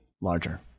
larger